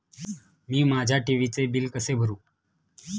मी माझ्या टी.व्ही चे बिल कसे भरू?